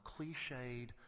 cliched